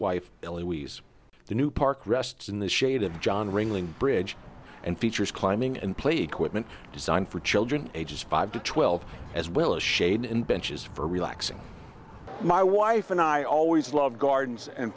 ways the new park rests in the shade of john ringling bridge and features climbing and play equipment designed for children ages five to twelve as well as shade and benches for relaxing my wife and i always love gardens and